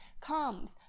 comes